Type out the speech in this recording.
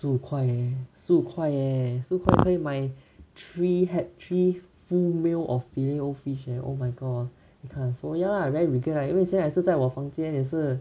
十五块 leh 十五块耶十五块可以买 three had three full meal of filet-o-fish leh oh my god 你看 so ya I very regret 因为现在也是在我房间里也是